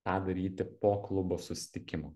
tą daryti po klubo susitikimų